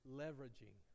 leveraging